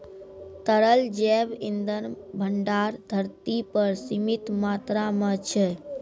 तरल जैव इंधन भंडार धरती पर सीमित मात्रा म छै